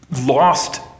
lost